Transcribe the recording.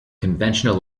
conventional